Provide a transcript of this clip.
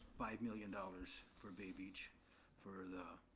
five million dollars for bay beach for the